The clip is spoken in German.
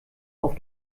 auf